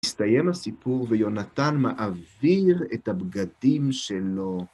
הסתיים הסיפור, ויונתן מעביר את הבגדים שלו.